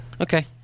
Okay